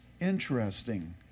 Interesting